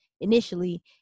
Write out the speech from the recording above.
initially